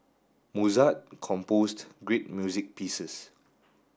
Mozart composed great music pieces